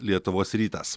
lietuvos rytas